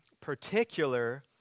particular